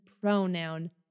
pronoun